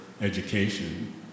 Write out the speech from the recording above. education